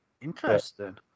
interesting